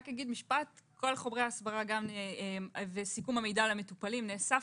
כל חומרי ההסברה וסיכום המידע על המטופלים נאסף,